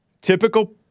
Typical